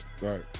Right